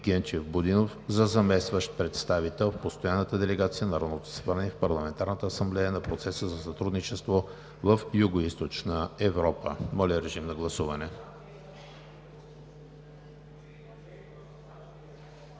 Моля, режим на гласуване.